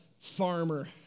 farmer